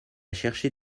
chercher